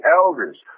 elders